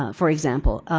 ah for example,